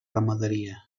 ramaderia